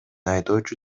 айдоочу